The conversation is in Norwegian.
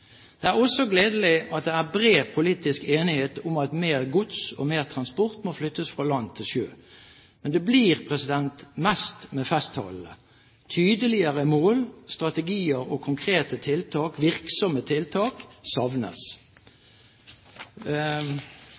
Det er også gledelig at det er bred politisk enighet om at mer gods og mer transport må flyttes fra land til sjø. Men det blir mest med festtaler. Tydeligere mål, strategier og konkrete, virksomme tiltak savnes.